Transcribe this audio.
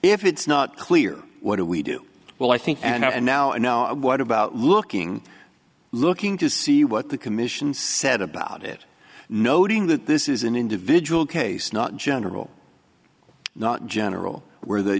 if it's not clear what do we do well i think and now i know what about looking looking to see what the commission said about it noting that this is an individual case not general not general where the